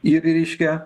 ir reiškia